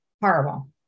Horrible